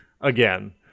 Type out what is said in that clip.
again